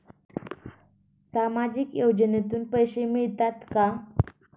सामाजिक योजनेतून पैसे मिळतात का?